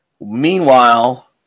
Meanwhile